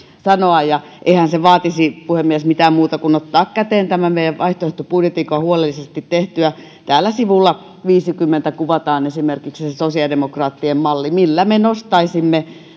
sanoa ja eihän se vaatisi puhemies mitään muuta kuin ottaa käteen tämä meidän vaihtoehtobudjettimme joka on huolellisesti tehty täällä sivulla viiteenkymmeneen kuvataan esimerkiksi sosiaalidemokraattien malli jolla me nostaisimme